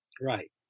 right